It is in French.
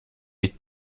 les